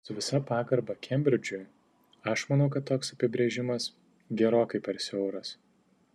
su visa pagarba kembridžui aš manau kad toks apibrėžimas gerokai per siauras